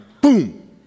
boom